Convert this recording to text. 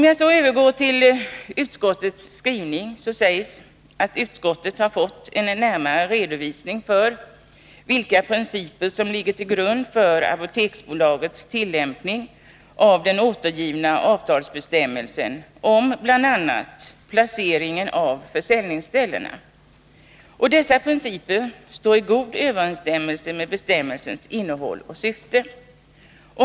Jag övergår till utskottets skrivning, där det sägs att utskottet har fått en närmare redovisning för vilka principer som ligger till grund för Apoteksbolagets tillämpning av den återgivna avtalsbestämmelsen om bl.a. placeringen av försäljningsställena. Dessa principer står i god överensstämmelse med bestämmelsens innehåll och syfte.